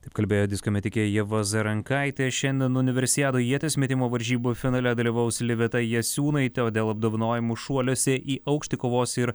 taip kalbėjo disko metikė ieva zarankaitė šiandien universiadoje ieties metimo varžybų finale dalyvaus liveta jasiūnaitė o dėl apdovanojimų šuoliuose į aukštį kovos ir